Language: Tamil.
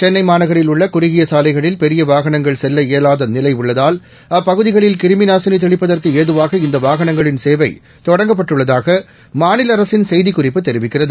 சென்னை மாநகரில் உள்ள குறுகிய சாலைகளில் பெரிய வாகனங்கள் செல்ல இயலாத நிலை உள்ளதால் அப்பகுதிகளில் கிருமி நாசினி தெளிப்பதற்கு ஏதுவாக இந்த வாகனங்களின் சேவை தொடங்கப்பட்டுள்ளதாக மாநில அரசின் செய்திக்குறிப்பு தெரிவிக்கிறது